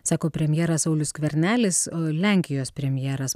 sako premjeras saulius skvernelis o lenkijos premjeras